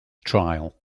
trial